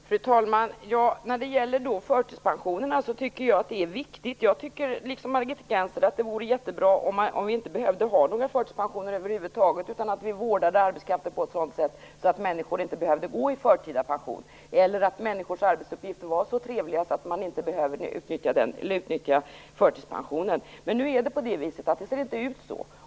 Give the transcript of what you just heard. Fru talman! När det gäller förtidspensionerna tycker jag liksom Margit Gennser att det vore jättebra om det inte behövdes några förtidspensioner över huvud taget utan att arbetskraften vårdades på ett sådant sätt att människor inte behövde gå i förtida pension eller om människors arbetsuppgifter var så trevliga att förtidspensionen inte behövde utnyttjas. Men nu är det inte så.